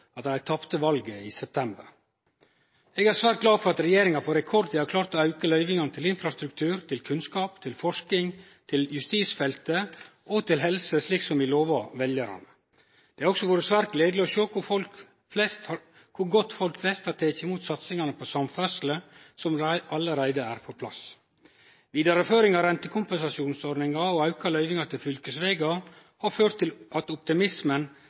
at dei tapte valet i september. Eg er svært glad for at regjeringa på rekordtid har klart å auke løyvingane til infrastruktur, til kunnskap, til forsking, til justisfeltet og til helse, slik som vi lova veljarane. Det har også vore svært gledeleg å sjå kor godt folk flest har teke imot satsingane på samferdsle som allereie er på plass. Vidareføring av rentekompensasjonsordninga og auka løyvingar til fylkesvegar har ført til at optimismen